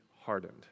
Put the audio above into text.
hardened